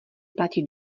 platí